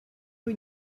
rue